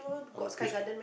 a mosque